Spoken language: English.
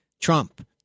Trump